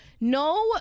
No